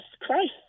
Christ